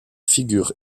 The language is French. figure